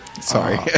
Sorry